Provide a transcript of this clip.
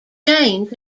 change